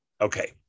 Okay